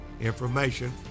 information